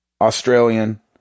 australian